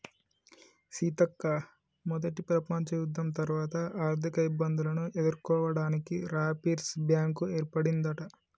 సీతక్క మొదట ప్రపంచ యుద్ధం తర్వాత ఆర్థిక ఇబ్బందులను ఎదుర్కోవడానికి రాపిర్స్ బ్యాంకు ఏర్పడిందట